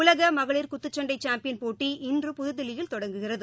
உலகமகளிர் குத்துசண்டசாம்பியன் போட்டி இன்று புதுதில்லியில் தொடங்குகிறது